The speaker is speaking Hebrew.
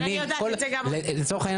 למשל,